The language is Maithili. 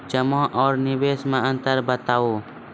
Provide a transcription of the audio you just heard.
जमा आर निवेश मे अन्तर बताऊ?